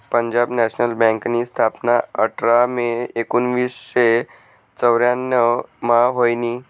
Punjab national बँकनी स्थापना आठरा मे एकोनावीसशे चौर्यान्नव मा व्हयनी